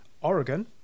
Oregon